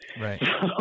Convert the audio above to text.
Right